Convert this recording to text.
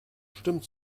stimmt